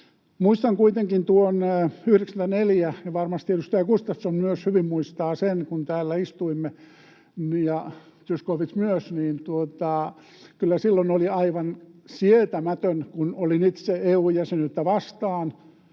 Muistan kuitenkin tuon 94, ja varmasti edustaja Gustafsson myös hyvin muistaa sen, kun täällä istuimme — ja Zyskowicz myös — niin kyllä silloin oli aivan sietämätöntä, kun olin itse EU-jäsenyyttä vastaan.